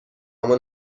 اما